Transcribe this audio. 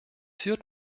führt